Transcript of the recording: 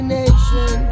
nation